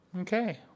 Okay